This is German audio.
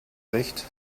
recht